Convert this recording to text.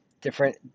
different